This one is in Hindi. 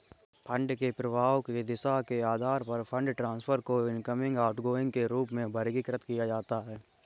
फंड के प्रवाह की दिशा के आधार पर फंड ट्रांसफर को इनकमिंग, आउटगोइंग के रूप में वर्गीकृत किया जाता है